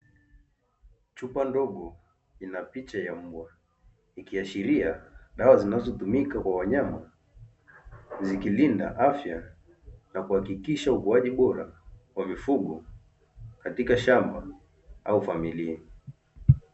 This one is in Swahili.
Chupa ndogo ina picha ya mbwa ikiashiria ni dawa zinazotumika kwa wanyama zikilinda afya ya wanyama na kuhakikisha ukuaji bora wa mifugo katika shamba au familia.